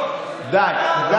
אותי, תודה רבה.